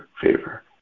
favor